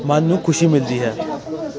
ਮਨ ਨੂੰ ਖੁਸ਼ੀ ਮਿਲਦੀ ਹੈ